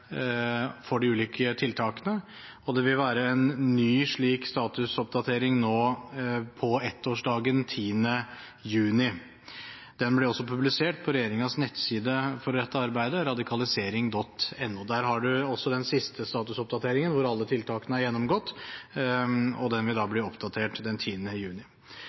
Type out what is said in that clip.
tiltakene. Det vil være en ny slik statusoppdatering på ettårsdagen, 10. juni. Den blir også publisert på regjeringens nettside for dette arbeidet, radikalisering.no. Der har en også den siste statusoppdateringen, hvor alle tiltakene er gjennomgått. Denne vil da bli oppdatert den 10. juni.